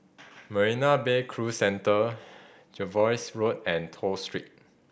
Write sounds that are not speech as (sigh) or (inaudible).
Marina Bay Cruise Centre (noise) Jervois Road and Toh Street